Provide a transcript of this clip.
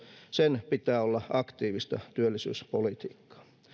sen pitää olla aktiivista työllisyyspolitiikkaa